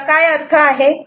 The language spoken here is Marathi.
याचा काय अर्थ आहे